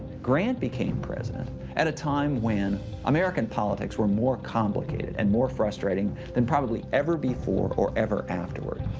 grant became president at a time when american politics were more complicated and more frustrating than probably ever before or ever afterward.